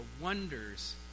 wonders